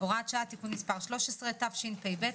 (הוראת שעה) (תיקון מס' 13), תשפ"ב-2021.